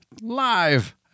live